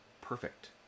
perfect